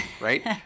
right